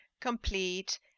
complete